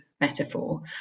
metaphor